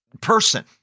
person